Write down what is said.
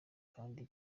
kandi